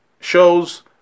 shows